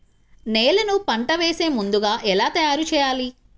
నేలను పంట వేసే ముందుగా ఎలా తయారుచేయాలి?